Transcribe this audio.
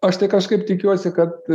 aš tai kažkaip tikiuosi kad